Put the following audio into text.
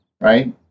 right